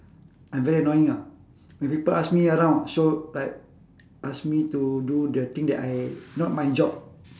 I'm very annoying ah when people ask me around show like ask me to do the thing that I not my job